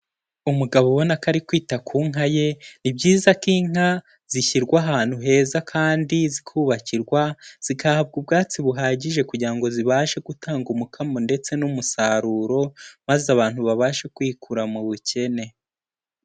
Umugabo ubona ko ari kwita ku nka ye, ni byiza ko inka zishyirwa ahantu heza kandi zikubakirwa, zigahabwa ubwatsi buhagije kugira ngo zibashe gutanga umukamo ndetse n'umusaruro, maze abantu babashe kwikura mu bukene.